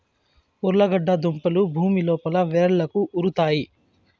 ఉర్లగడ్డ దుంపలు భూమి లోపల వ్రేళ్లకు ఉరుతాయి